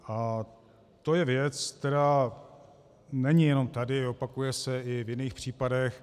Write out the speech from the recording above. A to je věc, která není jenom tady, opakuje se i v jiných případech.